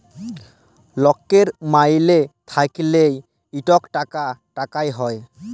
লকের মাইলে থ্যাইকে ইকট টাকা কাটা হ্যয়